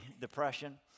Depression